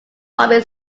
bobby